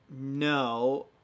No